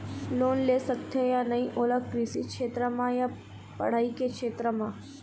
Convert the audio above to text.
Loan ले सकथे या नहीं ओला कृषि क्षेत्र मा या पढ़ई के क्षेत्र मा?